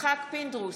יצחק פינדרוס,